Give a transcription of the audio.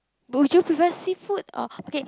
would you prefer seafood or okay